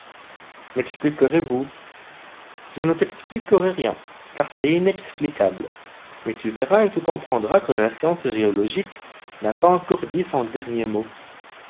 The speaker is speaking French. mexpliquerez vous je ne t'expliquerai rien car c'est inexplicable mais tu verras et tu comprendras que la science géologique n'a pas encore dit son dernier mot